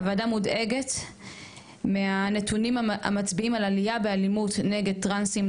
הוועדה מודאגת מהנתונים המצביעים על עלייה באלימות נגד טרנסים,